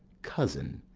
cousin,